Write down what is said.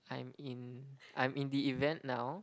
I'm in I'm in the event now